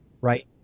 Right